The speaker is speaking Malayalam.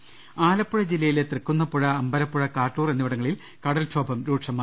രുട്ട്ടെടു ആലപ്പുഴ ജില്ലയിലെ തൃക്കുന്നപ്പുഴ അമ്പലപ്പുഴ കാട്ടൂർ എന്നിവിടങ്ങ ളിൽ കടൽക്ഷോഭം രൂക്ഷമായി